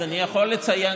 אז אני יכול לציין,